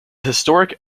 historic